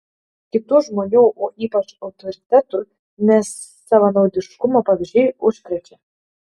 kitų žmonių o ypač autoritetų nesavanaudiškumo pavyzdžiai užkrečia